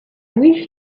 wish